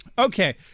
Okay